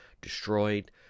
destroyed